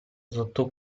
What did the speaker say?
sotto